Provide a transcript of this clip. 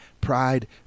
Pride